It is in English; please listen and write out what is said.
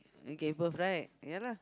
and gave birth right ya lah